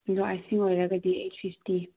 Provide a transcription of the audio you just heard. ꯑꯗꯣ ꯑꯥꯏꯁꯤꯡ ꯑꯣꯏꯔꯒꯗꯤ ꯑꯩꯠ ꯐꯤꯞꯇꯤ